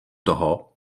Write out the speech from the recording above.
toho